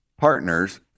partners